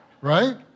Right